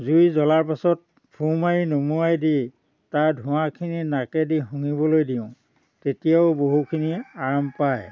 জুই জ্বলাৰ পিছত ফুঁ মাৰি নুমুৱাই দি তাৰ ধোঁৱাখিনি নাকেদি শুঙিবলৈ দিওঁ তেতিয়াও বহুখিনি আৰাম পায়